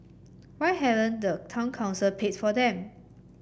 why hadn't the town council paid for them